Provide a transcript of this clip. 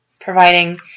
providing